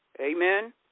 Amen